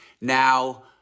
Now